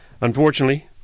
Unfortunately